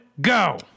Go